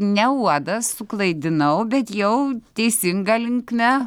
ne uodas suklaidinau bet jau teisinga linkme